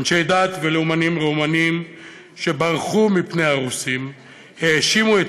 אנשי דת ולאומנים רומנים שברחו מפני הרוסים האשימו את